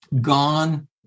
gone